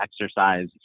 exercise